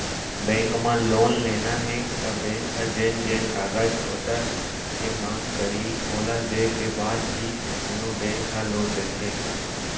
bank म loan लेना हे त बेंक ह जेन जेन कागज पतर के मांग करही ओला देय के बाद ही कोनो बेंक ह लोन देथे